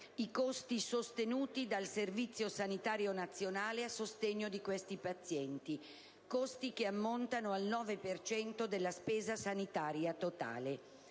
i costi sostenuti dal Servizio sanitario nazionale a sostegno di tali pazienti, che ammontano al 9 per cento della spesa sanitaria totale.